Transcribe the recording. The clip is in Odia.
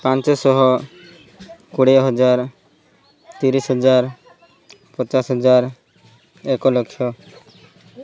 ପାଞ୍ଚଶହ କୋଡ଼ିଏ ହଜାର ତିରିଶ ହଜାର ପଚାଶ ହଜାର ଏକ ଲକ୍ଷ